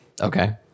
okay